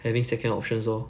having second options lor